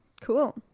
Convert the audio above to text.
Cool